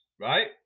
right